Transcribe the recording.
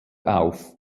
auf